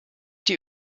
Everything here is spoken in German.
die